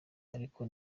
ariko